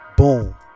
Boom